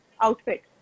outfit